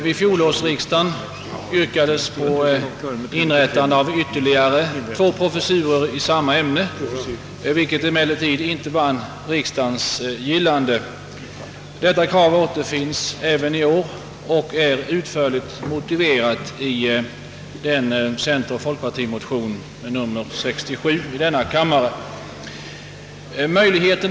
Vid fjolårsriksdagen yrkades på inrättande av ytterligare två professurer i samma ämne, vilket emellertid inte vann riksdagens gillande. Detta krav återkommer även i år och är utförligt motiverat i centeroch folkpartimotionen nr 67 i denna kammare.